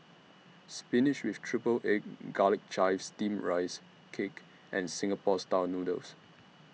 Spinach with Triple Egg Garlic Chives Steamed Rice Cake and Singapore Style Noodles